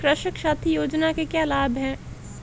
कृषक साथी योजना के क्या लाभ हैं?